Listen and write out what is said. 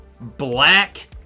black